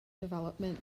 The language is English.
development